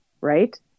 right